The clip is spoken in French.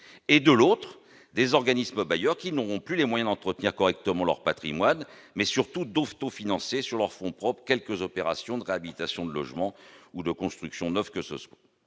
et, de l'autre, des organismes bailleurs qui n'auront plus les moyens d'entretenir correctement leur patrimoine ni, surtout, d'autofinancer sur leurs fonds propres quelque opération de réhabilitation de logements ou de construction neuve que ce soit.